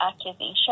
accusation